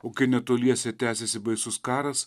o kai netoliese tęsėsi baisus karas